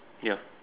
ya